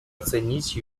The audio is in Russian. оценить